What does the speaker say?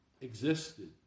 existed